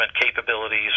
capabilities